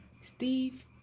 steve